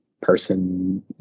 person